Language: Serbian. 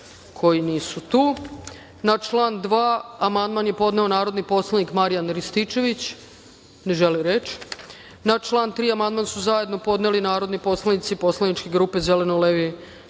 tu. Na član 2. amandman je podneo narodni poslanik Marijan Rističević. Ne želi reč. Na član 3. amandman su zajedno podneli narodni poslanici Poslaničke grupe Zeleno-levi